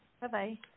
Bye-bye